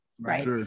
Right